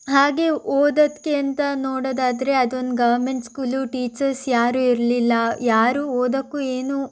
ಹಾಗೇ ಓದೋದಕ್ಕೆ ಅಂತ ನೋಡೋದಾದ್ರೆ ಅದೊಂದು ಗವರ್ನ್ಮೆಂಟ್ ಸ್ಕೂಲು ಟೀಚರ್ಸ್ ಯಾರೂ ಇರಲಿಲ್ಲ ಯಾರೂ ಓದಕ್ಕೂ ಏನು